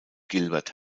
gilbert